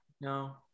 no